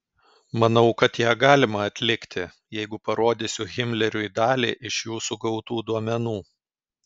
manau kad ją galima atlikti jeigu parodysiu himleriui dalį iš jūsų gautų duomenų